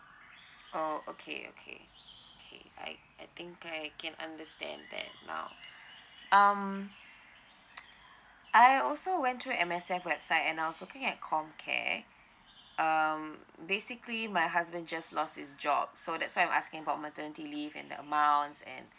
orh okay okay okay I I think can I can understand that now um I also went to M_S_F website and I was looking at comcare um basically my husband just lost his job so that's why I'm asking about the maternity leave and the amounts and